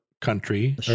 country